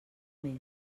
més